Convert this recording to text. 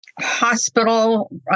hospital